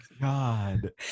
God